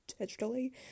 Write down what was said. digitally